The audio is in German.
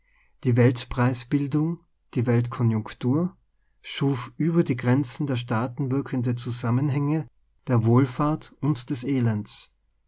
die weltpreis bildung die weltkonjunktur schuf über die gren zen der staaten wirkende zusammenhänge der wohl fahrt und des elends